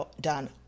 done